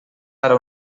ara